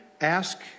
ask